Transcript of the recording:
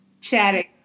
Chatting